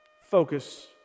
focus